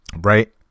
right